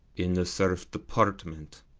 in the serf department.